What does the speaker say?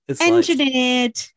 Engineered